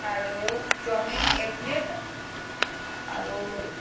आरो चाउमीन एक प्लेट आरो